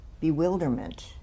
Bewilderment